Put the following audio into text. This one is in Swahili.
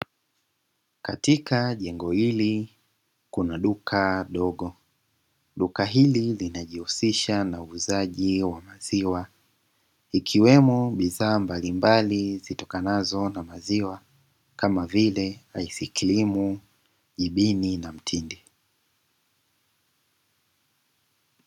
Katika jengo hili kuna duka dogo, duka hili linajihusisha na uuzaji wa maziwa, ikiwemo bidhaa mbalimbali zitokanazo na maziwa kama vile: aiskrimu, jibini na mtindi.